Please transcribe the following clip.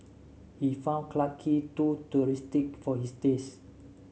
he found Clarke Quay too touristic for his taste